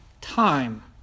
time